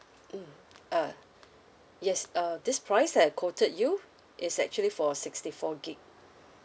mm uh yes uh this price that I quoted you it's actually for sixty four gig